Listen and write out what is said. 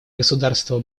государство